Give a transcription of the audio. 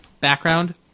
background